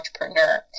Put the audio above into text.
entrepreneur